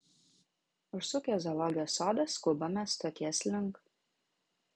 užsukę į zoologijos sodą skubame stoties link